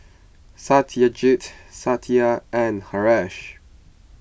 Satyajit Satya and Haresh